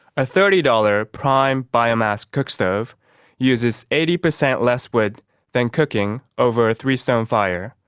a thirty dollars prime biomass cook stove uses eighty percent less wood than cooking over a three-stone fire,